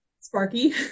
Sparky